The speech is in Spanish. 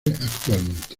actualmente